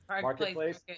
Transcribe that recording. marketplace